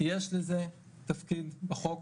יש לזה תפקיד בחוק,